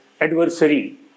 adversary